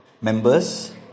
members